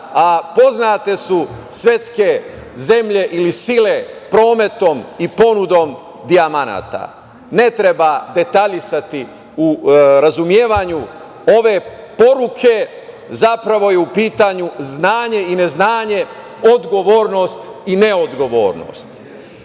a poznate su svetske zemlje ili sile prometom i ponudom dijamanata. Ne treba detaljisati u razumevanju ove poruke. Zapravo je u pitanju znanje i neznanje, odgovornost i neodgovornost. Mi